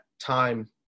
time